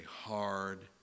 hard